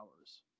hours